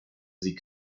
sie